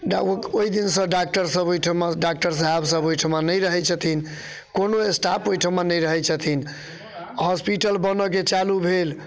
ओहिदिनसँ डाक्टरसब ओहिठाम डाक्टर साहेबसब ओहिठाम नहि रहै छथिन कोनो स्टाफ ओहिठाम नहि रहै छथिन हॉस्पिटल बनिके चालू भेल